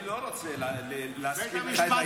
אני לא רוצה להזכיר לך את ההיסטוריה.